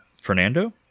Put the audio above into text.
Fernando